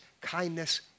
kindness